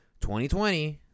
2020